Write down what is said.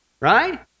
right